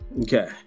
Okay